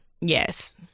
Yes